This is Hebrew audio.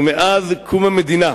ומאז קום המדינה,